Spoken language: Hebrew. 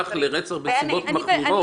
מרצח לרצח בנסיבות מחמירות.